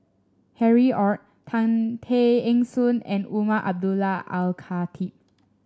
Harry Ord Tay Eng Soon and Umar Abdullah Al Khatib